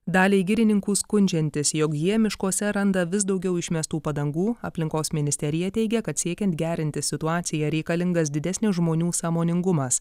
daliai girininkų skundžiantis jog jie miškuose randa vis daugiau išmestų padangų aplinkos ministerija teigia kad siekiant gerinti situaciją reikalingas didesnio žmonių sąmoningumas